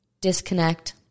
disconnect